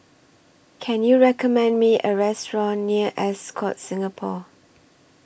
Can YOU recommend Me A Restaurant near Ascott Singapore